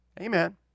Amen